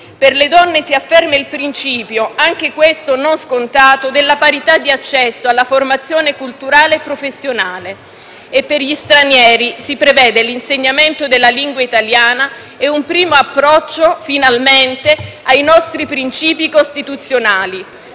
Per le donne si afferma il principio, anche questo non scontato, della parità di accesso alla formazione culturale e professionale e per gli stranieri si prevede l'insegnamento della lingua italiana e finalmente un primo approccio ai nostri principi costituzionali,